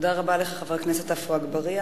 תודה רבה לחבר הכנסת עפו אגבאריה.